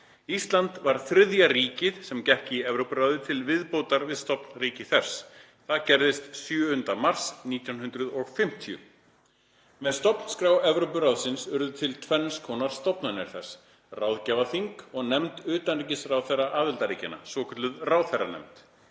Ísland var þriðja ríkið sem gekk í Evrópuráðið til viðbótar við stofnríki þess, en það gerðist 7. mars 1950. Með stofnskrá Evrópuráðsins urðu til tvenns konar stofnanir þess; ráðgjafarþing og nefnd utanríkisráðherra aðildarríkjanna, svokölluð ráðherranefnd,